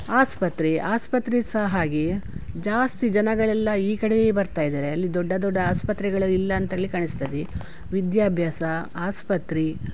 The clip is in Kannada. ಆಸ್ಪತ್ರೆ ಆಸ್ಪತ್ರೆ ಸಹ ಹಾಗೆಯೇ ಜಾಸ್ತಿ ಜನಗಳೆಲ್ಲ ಈ ಕಡೆಯೇ ಬರ್ತಾ ಇದ್ದಾರೆ ಅಲ್ಲಿ ದೊಡ್ಡ ದೊಡ್ಡ ಆಸ್ಪತ್ರೆಗಳೆಲ್ಲ ಇಲ್ಲ ಅಂತೇಳಿ ಕಾಣಿಸ್ತದೆ ವಿದ್ಯಾಭ್ಯಾಸ ಆಸ್ಪತ್ರೆ